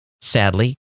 Sadly